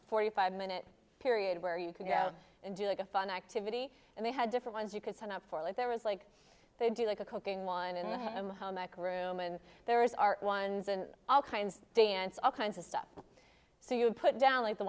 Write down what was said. forty five minute period where you can go and do like a fun activity and they had different ones you could sign up for like there was like they do like a cooking one in the home that room and there is art ones and all kinds of dance all kinds of stuff so you put down like the